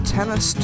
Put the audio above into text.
Tennis